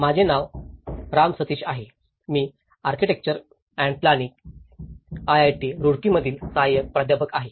माझे नाव राम सतीश आहे मी architecture and planning IIT Roorkee मधील सहाय्यक प्राध्यापक आहे